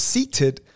Seated